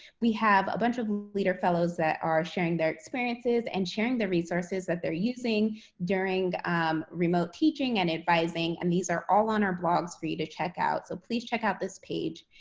we have a bunch of leader fellows that are sharing their experiences and sharing the resources that they're using during the um remote teaching and advising, and these are all on our blogs for you to check out. so, please check out this page.